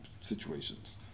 situations